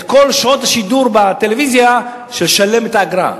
את כל שעות השידור בטלוויזיה של "שלם את האגרה".